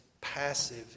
passive